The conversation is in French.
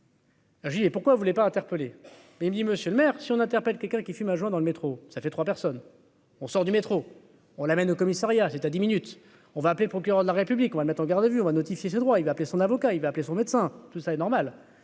J'ai dit : mais pourquoi vous voulez pas interpellé, mais il me dit : Monsieur le maire si on interpelle quelqu'un qui fume un joint dans le métro, ça fait 3 personnes on sort du métro, on l'amène au commissariat, c'est à dix minutes on va appeler le procureur de la République, on va mettre en garde à vue, on va notifier ses droits, il va appeler son avocat, il va appeler son médecin, tout ça est normal